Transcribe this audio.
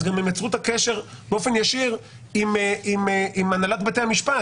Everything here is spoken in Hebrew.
אז גם הם יצרו את הקשר באופן ישיר עם הנהלת בתי המשפט